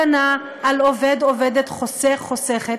הגנה על עובד, עובדת, חוסך, חוסכת,